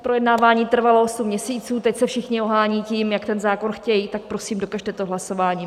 Projednávání trvalo osm měsíců, teď se všichni ohánějí tím, jak ten zákon chtějí, tak prosím, dokažte to hlasováním.